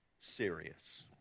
serious